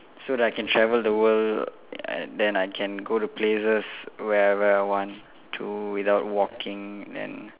so that I can travel the world and then I can go to places wherever I want to without walking and